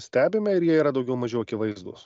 stebime ir jie yra daugiau mažiau akivaizdūs